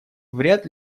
вряд